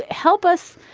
help us